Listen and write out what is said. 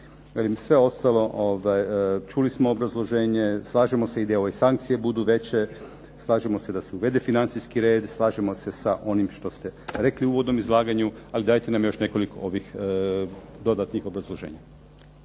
sve ostalo, čuli smo obrazloženje, slažemo se i da ove sankcije budu veće, slažemo se da se uvede financijski red, slažemo se sa onim što ste rekli u uvodnom izlaganju, ali dajte nam još nekoliko ovih dodatnih obrazloženja.